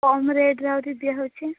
କମ୍ ରେଟ୍ରେ ଆହୁରି ଦିଆ ହେଉଛି